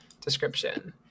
Description